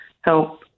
help